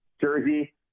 jersey